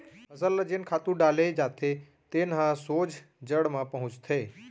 फसल ल जेन खातू डाले जाथे तेन ह सोझ जड़ म पहुंचथे